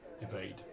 evade